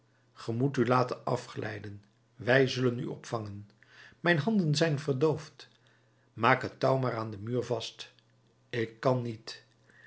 ge moet u laten afglijden wij zullen u opvangen mijn handen zijn verdoofd maak het touw maar aan den muur vast ik kan niet